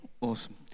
Awesome